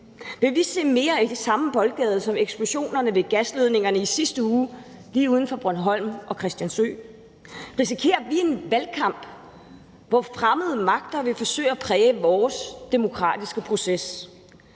Vil vi se mere i den samme boldgade som eksplosionerne ved gasledningerne i sidste uge lige uden for Bornholm og Christiansø? Risikerer vi en valgkamp, hvor fremmede magter vil forsøge at præge vores demokratiske proces?